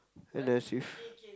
and as if